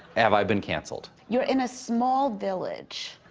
have i been canceled? you're in a small village.